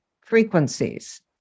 frequencies